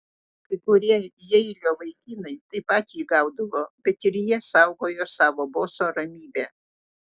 kai kurie jeilio vaikinai taip pat jį gaudavo bet ir jie saugojo savo boso ramybę